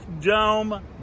dome